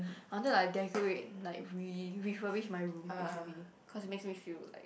I wanted like decorate like re re furnish my room basically cause it makes me feel like